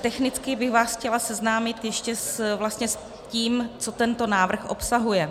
Technicky bych vás chtěla seznámit ještě s tím, co tento návrh obsahuje.